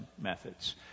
methods